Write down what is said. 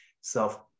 self